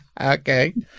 Okay